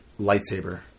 Lightsaber